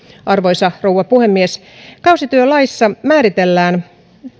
arvoisa rouva puhemies kausityölaissa määritellään